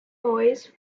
noise